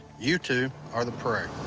you two are the prey.